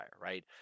Right